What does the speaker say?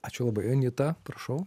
ačiū labai anita prašau